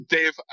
Dave